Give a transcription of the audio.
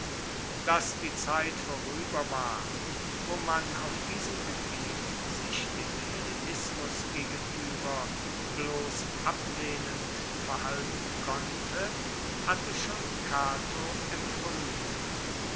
daß die zeit vorüber war wo man auf diesem gebiet sich dem hellenismus gegenüber bloß ablehnend verhalten konnte hatte schon cato empfunden